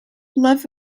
love